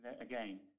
again